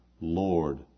Lord